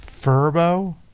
Furbo